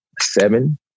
seven